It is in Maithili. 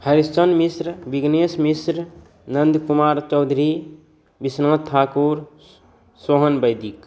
हरिशचन मिश्रा बिघ्नेश मिश्र नन्द कुमार चौधरी बिसनाथ ठाकुर सोहन बैदिक